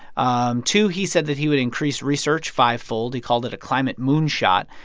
um two, he said that he would increase research fivefold. he called it a climate moonshot.